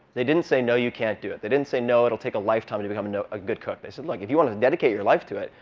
they didn't say, no, you can't do it. they didn't say, no, it'll take a lifetime to become a good cook. they said, look. if you want to dedicate your life to it,